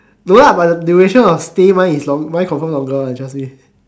no lah but the duration of stay mah is longer mine confirm longer one trust me